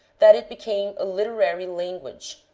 that it became a literary language,